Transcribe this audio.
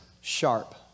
sharp